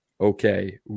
okay